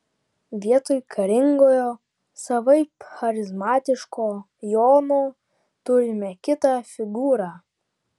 vietoj karingojo savaip charizmatiško jono turime kitą figūrą